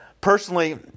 Personally